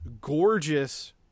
gorgeous